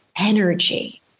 energy